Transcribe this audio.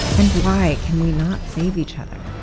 and why can we not save each other